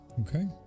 Okay